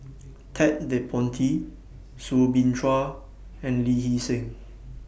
Ted De Ponti Soo Bin Chua and Lee Hee Seng